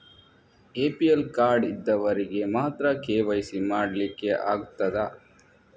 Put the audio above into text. APL card ಇದ್ದವರಿಗೆ ಮಾತ್ರ KYC ಮಾಡಲಿಕ್ಕೆ ಆಗುತ್ತದಾ?